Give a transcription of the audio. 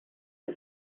the